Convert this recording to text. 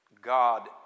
God